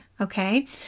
okay